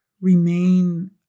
remain